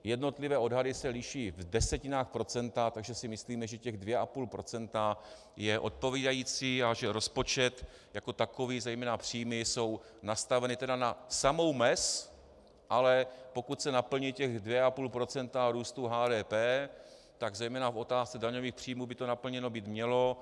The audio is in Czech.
Jednotlivé odhady se liší v desetinách procenta, takže si myslíme, že 2,5 procenta je odpovídající a že rozpočet jako takový, zejména příjmy jsou nastaveny tedy na samou mez, ale pokud se naplní těch 2,5 procenta růstu HDP, tak zejména v otázce daňových příjmů by to naplněno být mělo.